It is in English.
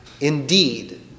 Indeed